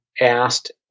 asked